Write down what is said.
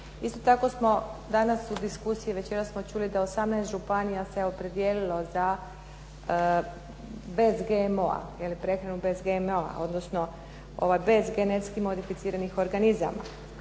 Isto tako smo danas u diskusiji, večeras smo čuli da 18 županija se opredijelilo za bez GMO-a, prehranu bez GMO-a odnosno bez genetski modificiranih organizama.